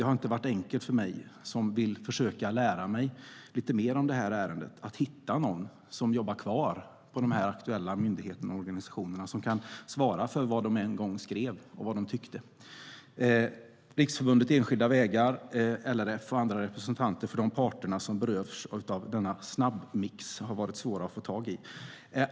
Det har inte varit enkelt för mig, som vill lära mig mer om ärendet, att hitta någon som jobbar kvar på de aktuella myndigheterna och organisationerna och som kan svara för vad de en gång skrev och tyckte. Representanter för Riksförbundet Enskilda Vägar, LRF och andra representanter för de parter som berörs av denna snabbmix har varit svåra att få tag i.